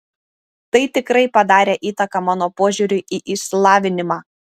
tai tikrai padarė įtaką mano požiūriui į išsilavinimą